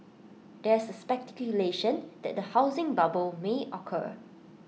there is speculation that A housing bubble may occur